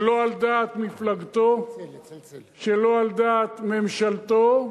שלא על דעת מפלגתו, שלא על דעת ממשלתו,